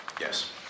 Yes